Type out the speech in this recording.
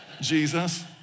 Jesus